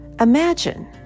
Imagine